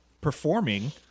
performing